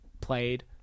played